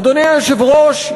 אדוני היושב-ראש,